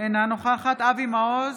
אינה נוכחת אבי מעוז,